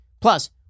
plus